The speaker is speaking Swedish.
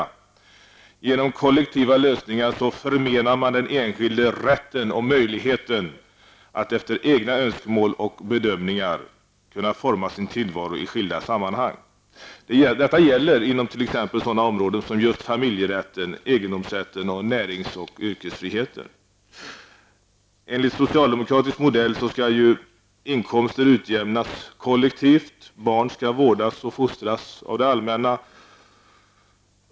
Genom kollektiva lösningar förmenar man den enskilde rätten och möjligheten att utifrån egna önskemål och bedömningar forma sin tillvaro i skilda sammanhang. Detta gäller inom t.ex. Enligt socialdemokratisk modell skall inkomster utjämnas kollektivt. Barn skall vårdas och fostras av det allmänna.